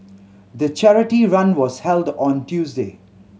the charity run was held on Tuesday